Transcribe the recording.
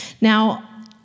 Now